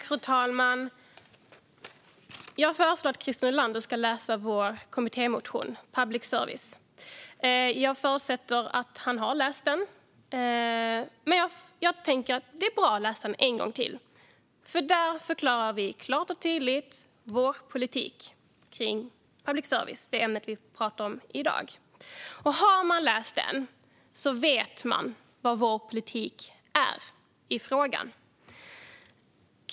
Fru talman! Jag föreslår att Christer Nylander läser vår kommittémotion om public service. Jag förutsätter att han har läst den, men det är bra att läsa den en gång till. Där förklarar vi klart och tydligt vår politik när det gäller public service - det ämne vi talar om i dag. Har man läst vår kommittémotion vet man vad vår politik är i frågan.